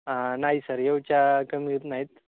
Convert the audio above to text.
नाही सर येऊच्या कमी होत नाहीत